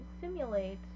simulate